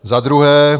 Za druhé.